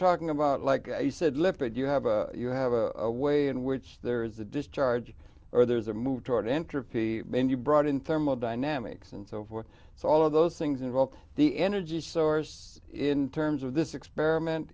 talking about like you said lifted you have a you have a way in which there is a discharge or there's a move toward entropy and you brought in thermodynamics and so forth so all of those things involve the energy source in terms of this experiment